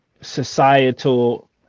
societal